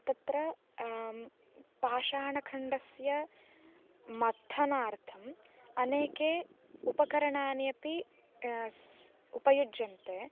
तत्र पाषाणखण्डस्य मथनार्थम् अनेके उपकरणानि अपि उपयुज्यन्ते